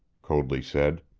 coadley said.